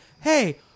hey